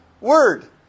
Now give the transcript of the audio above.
word